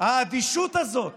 האדישות הזאת